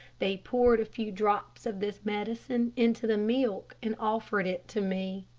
they poured a few drops of this medicine into the milk and offered it to me.